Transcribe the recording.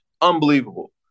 unbelievable